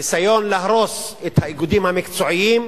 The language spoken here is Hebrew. ניסיון להרוס את האיגודים המקצועיים.